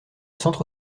centre